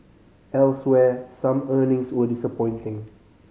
elsewhere some earnings were disappointing